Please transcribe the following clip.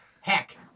Heck